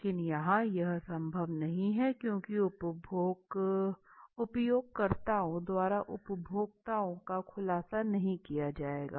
लेकिन यहाँ यह संभव नहीं है क्यूंकि उपयोगकर्ताओं द्वारा उपभोक्ताओं का खुलासा नहीं किया जायेगा